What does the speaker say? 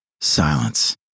silence